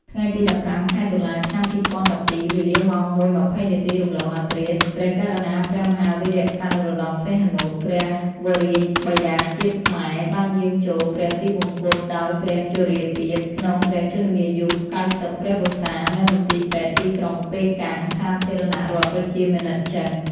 ថ្ងៃទី១៥ ខែតុលា ឆ្នាំ២០១២ វេលាម៉ោង ០១:២០ នាទីរំលងអធ្រាត្រ ព្រះករុណាព្រះមហាវីរក្សត្រ នរោត្ដម សីហនុ ព្រះវររាជបិតាជាតិខ្មែរ បានយាងចូលព្រះទីវង្គតដោយព្រះជរាពាធ ក្នុងព្រះជន្មាយុ ៩០ ព្រះវស្សា នៅមន្ទីរពេទ្យទីក្រុងប៉េកាំង សាធារណរដ្ឋប្រជាមានិតចិន។